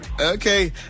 Okay